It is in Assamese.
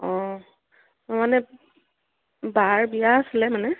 অঁ মোৰ মানে বাৰ বিয়া আছিলে মানে